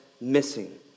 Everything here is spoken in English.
missing